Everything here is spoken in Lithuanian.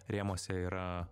rėmuose yra